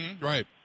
Right